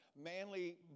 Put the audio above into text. manly